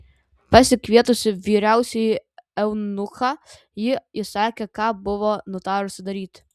pasikvietusi vyriausiąjį eunuchą ji įsakė ką buvo nutarusi daryti